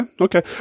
okay